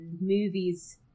movies